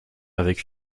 avec